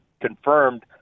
confirmed